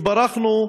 התברכנו,